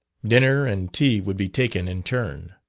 dinner and tea would be taken in turn.